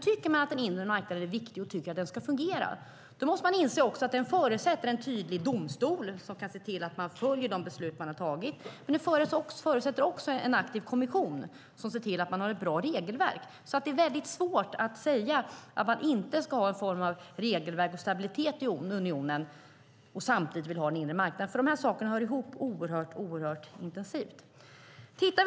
Tycker man att den inre marknaden är viktig och ska fungera måste man inse att den förutsätter en tydlig domstol som kan se till att de beslut som fattats följs. Den förutsätter också en aktiv kommission som ser till att det finns ett bra regelverk. Det är alltså svårt att säga att man inte ska ha någon form av regelverk och stabilitet i unionen samtidigt som man vill ha en inre marknad. Dessa hör intensivt ihop.